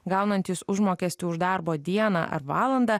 gaunantys užmokestį už darbo dieną ar valandą